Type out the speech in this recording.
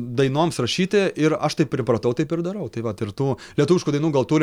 dainoms rašyti ir aš taip pripratau taip ir darau tai vat ir tų lietuviškų dainų gal turim